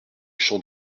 champ